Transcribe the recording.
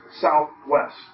southwest